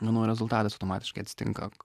manau rezultatas automatiškai atsitinka